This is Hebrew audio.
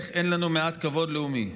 איך אין לנו מעט כבוד לאומי?